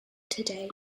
today